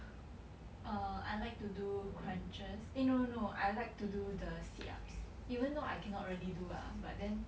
err I like to do crunches eh no no no I like to do the sit ups even though I cannot really do ah but then